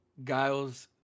guile's